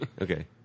Okay